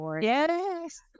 Yes